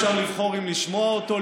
אפשר לבחור אם לשמוע אותו,